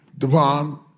Devon